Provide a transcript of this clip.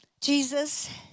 Jesus